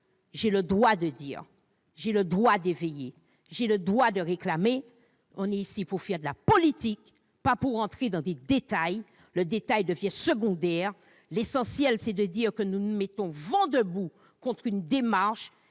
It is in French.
j'ai le droit de dire, j'ai le droit d'éveiller, j'ai le droit de réclamer ! Nous sommes ici pour faire de la politique, pas pour entrer dans des détails. Quand même ! Le détail devient secondaire ; l'essentiel c'est de dire que nous sommes vent debout contre certaines démarches